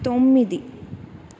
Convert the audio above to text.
తొమ్మిది